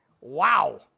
Wow